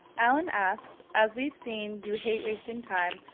allen asks, as we've seen, you hate wasting time,